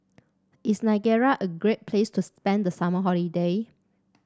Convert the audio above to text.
is Nigeria a great place to spend the summer holiday